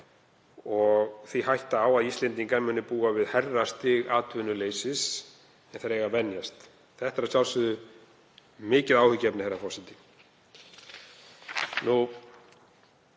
og því hætta á að Íslendingar muni búa við hærra stig atvinnuleysis en þeir eigi að venjast. Þetta er að sjálfsögðu mikið áhyggjuefni, herra forseti.